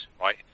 right